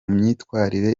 myitwarire